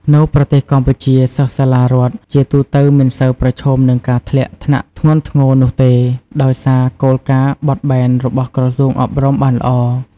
នៅប្រទេសកម្ពុជា សិស្សសាលារដ្ឋជាទូទៅមិនសូវប្រឈមនឹងការធ្លាក់ថ្នាក់ធ្ងន់ធ្ងរនោះទេ ដោយសារគោលការណ៍បត់បែនរបស់ក្រសួងអប់រំបានល្អ។